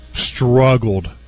struggled